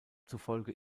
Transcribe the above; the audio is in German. zufolge